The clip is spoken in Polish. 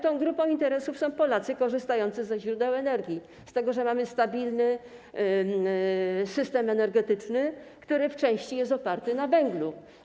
Tą grupą interesów są Polacy korzystający ze źródeł energii, z tego, że mamy stabilny system energetyczny, który w części jest oparty na węglu.